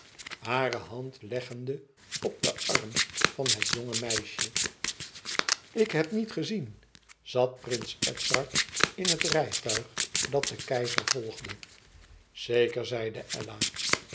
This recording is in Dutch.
hare hand leggende op den arm van het jonge meisje ik heb niet gezien zat prins edzard in het rijtuig dat den keizer volgde zeker zeide ella